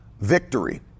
victory